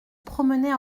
promenait